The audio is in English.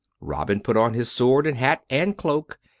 robin put on his sword and hat and cloak,